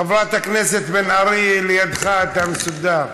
חברת הכנסת בן ארי לידך, אתה מסודר.